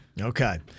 Okay